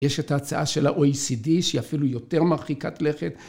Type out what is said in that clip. ‫יש את ההצעה של ה-OECD, ‫שהיא אפילו יותר מרחיקת לכת.